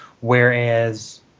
whereas